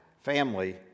family